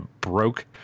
broke